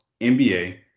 NBA